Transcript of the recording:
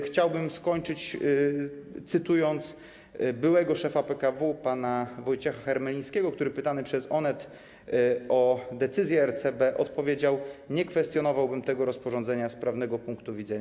Chciałbym skończyć, cytując byłego szefa PKW pana Wojciecha Hermelińskiego, który pytany przez Onet o decyzję RCB, odpowiedział: Nie kwestionowałbym tego rozporządzenia z prawnego punktu widzenia.